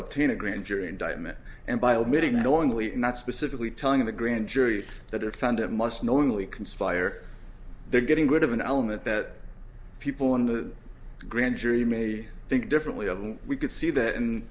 obtain a grand jury indictment and by admitting knowingly not specifically telling the grand jury that it found it must knowingly conspire they're getting good of an element that people in the grand jury may think differently along we could see that in